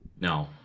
No